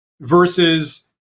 versus